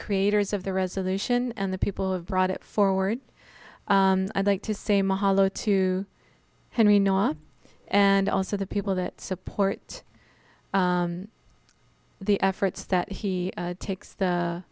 creators of the resolution and the people who have brought it forward i'd like to say mahalo to henry not and also the people that support the efforts that he takes the